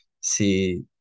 see